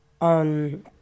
on